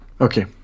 Okay